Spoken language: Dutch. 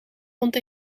rond